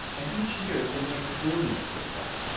and each year, they make billions this way.